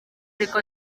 ariko